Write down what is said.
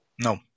No